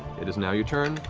it is now your turn.